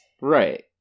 Right